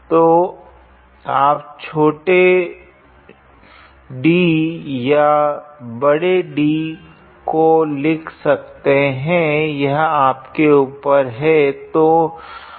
तो आप छोटे d या बड़े D को लिख सकते है यह आपके ऊपर है